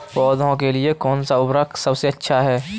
पौधों के लिए कौन सा उर्वरक सबसे अच्छा है?